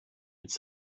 it’s